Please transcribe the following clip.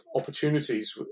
opportunities